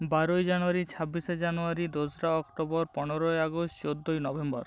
বারোই জানুয়ারি ছাব্বিশে জানুয়ারি দোসরা অক্টোবর পনেরোই আগস্ট চোদ্দোই নভেম্বর